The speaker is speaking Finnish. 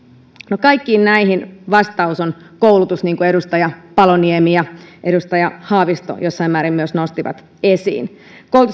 no kaikkiin näihin vastaus on koulutus minkä myös edustaja paloniemi ja edustaja haavisto jossain määrin nostivat esiin koulutus